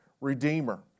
redeemer